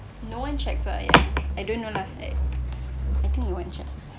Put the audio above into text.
no one checks ah ya I don't know lah I I think no checks